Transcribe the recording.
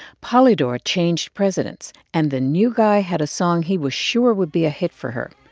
polydor changed presidents, and the new guy had a song he was sure would be a hit for her.